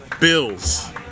Bills